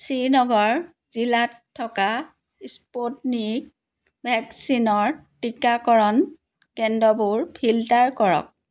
শ্ৰীনগৰ জিলাত থকা স্পুটনিক ভেকচিনৰ টীকাকৰণ কেন্দ্ৰবোৰ ফিল্টাৰ কৰক